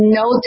no